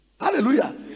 Hallelujah